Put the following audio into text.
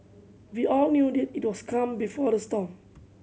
we all knew that it was the calm before the storm